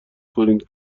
کنید